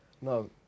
no